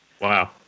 Wow